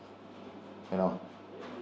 you know